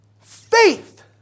faith